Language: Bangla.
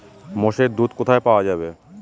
মোষের দুধ কোথায় পাওয়া যাবে?